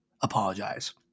apologize